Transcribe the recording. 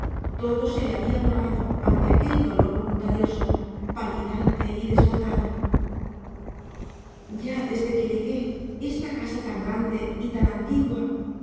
todo se le había borrado ante aquel dolor voluntarioso palpitante y desbordado ya desde que llegué esta casa tan grande y tan antigua